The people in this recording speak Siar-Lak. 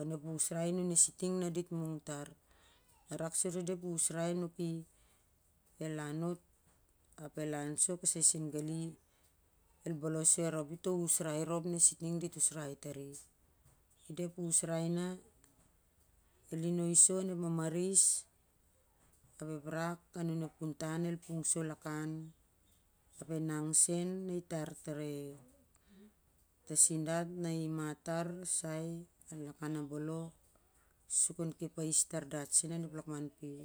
onep usrai nun e sitning na dit mung tar a rak sur i ep usrai a nuki na el lau ap kasai sen gali el bolos soi a rop to usrai amun e sitning. I da ep usrai na el inoi soi onep mamaris ap ep rak a nun ep kuntan el puring sou la kau e mam sen na i tar tare tasindat na i mat tar sai gali lakau a bolo sur kon kep ais dat ep lakman pui.